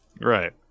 Right